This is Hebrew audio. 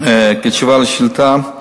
בתשובה לשאילתא: